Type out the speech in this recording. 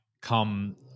come